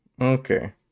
Okay